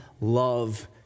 love